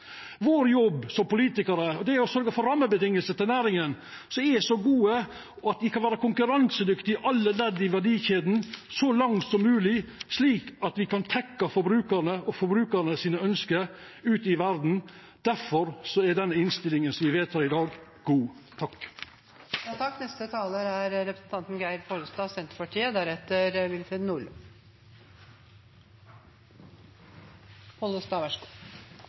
som politikarar er å sørgja for rammevilkår for næringa som er så gode at ein kan vera konkurransedyktig i alle ledd i verdikjeda, så langt som mogleg, slik at ein kan tekkjast forbrukarane og deira ønske ute i verda. Difor er den innstillinga me vedtek i dag, god.